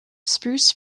spruce